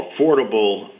affordable